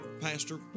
Pastor